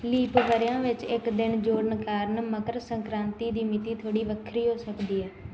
leap ਵਰ੍ਹਿਆਂ ਵਿੱਚ ਇੱਕ ਦਿਨ ਜੋੜਨ ਕਾਰਨ ਮਕਰ ਸੰਕ੍ਰਾਂਤੀ ਦੀ ਮਿਤੀ ਥੋੜ੍ਹੀ ਵੱਖਰੀ ਹੋ ਸਕਦੀ ਹੈ